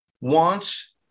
wants